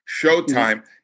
Showtime